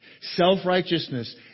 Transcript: Self-righteousness